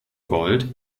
gold